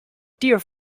dear